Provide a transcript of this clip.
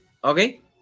Okay